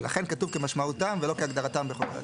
לכן כתוב כמשמעותם ולא כהגדרתם בחוק העתיקות.